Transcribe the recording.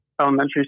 elementary